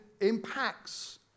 impacts